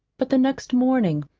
but the next morning,